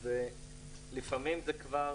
אז לפעמים זה כבר